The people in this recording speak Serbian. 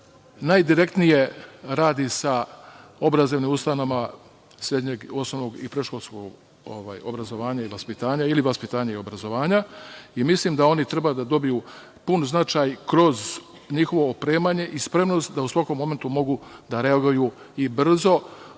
najdirektnije radi sa obrazovnim ustanovama srednjeg, osnovnog i predškolskog obrazovanja i vaspitanja ili vaspitanja i obrazovanja. Mislim da oni treba da dobiju pun značaj kroz njihovo opremanje i spremnost da u svakom momentu mogu da reaguju i brzo